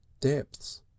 depths